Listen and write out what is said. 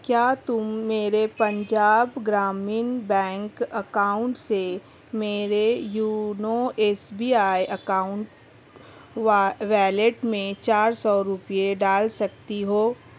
کیا تم میرے پنجاب گرامین بینک اکاؤنٹ سے میرے YONO S B I account wallet میں چار سو روپیے ڈال سکتی ہو